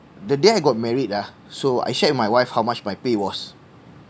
the day I got married ah so I shared with my wife how much my pay was